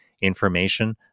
information